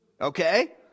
Okay